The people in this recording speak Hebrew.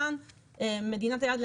כאן מדינת היעד,